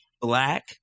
black